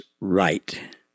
right